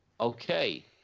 Okay